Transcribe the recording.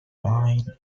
line